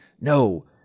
no